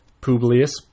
Publius